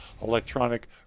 electronic